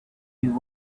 you